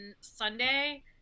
Sunday